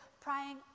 praying